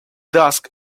dusk